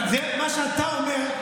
אבל זה מה שאתה אומר.